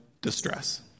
distress